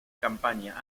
campaña